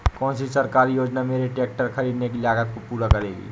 कौन सी सरकारी योजना मेरे ट्रैक्टर ख़रीदने की लागत को पूरा करेगी?